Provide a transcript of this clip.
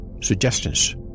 suggestions